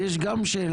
יש לי גם שאלה,